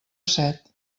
set